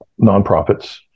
nonprofits